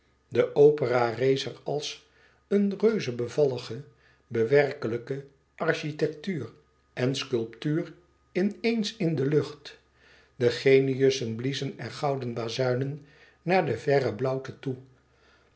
de opera rees er als een reuzebevallige bewerkelijke architectuur en sculptuur in eens in de lucht de geniussen bliezen er gouden bazuinen naar de verre blauwte toe